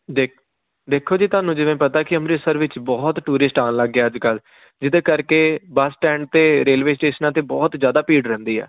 ਦੇਖ ਦੇਖੋ ਜੀ ਤੁਹਾਨੂੰ ਜਿਵੇਂ ਪਤਾ ਕਿ ਅੰਮ੍ਰਿਤਸਰ ਵਿੱਚ ਬਹੁਤ ਟੂਰਿਸਟ ਆਉਣ ਲੱਗ ਗਿਆ ਅੱਜ ਕੱਲ੍ਹ ਜਿਹਦੇ ਕਰਕੇ ਬੱਸ ਸਟੈਂਡ ਅਤੇ ਰੇਲਵੇ ਸਟੇਸ਼ਨਾਂ 'ਤੇ ਬਹੁਤ ਜ਼ਿਆਦਾ ਭੀੜ ਰਹਿੰਦੀ ਆ